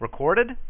recorded